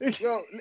Yo